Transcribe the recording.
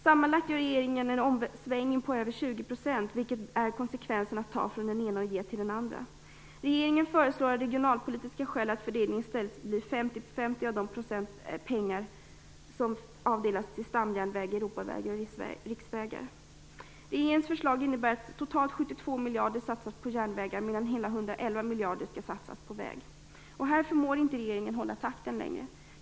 Sammanlagt gör regeringen en omsvängning med över 20 %, vilket får konsekvensen att man tar från den ene och ger till den andre. Av regionalpolitiska skäl föreslår regeringen i stället att fördelningen blir 50-50 av de pengar som avdelats till stamjärnväg och europavägar och riksvägar. Regeringens förslag innebär att totalt 72 miljarder kronor satsas på järnvägar, medan hela 111 miljarder kronor satsas på vägar. Här förmår regeringen inte hålla takten längre.